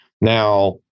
Now